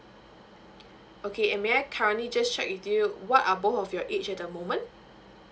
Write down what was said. okay and may I currently just check with you what are both of your age at the moment